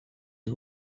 que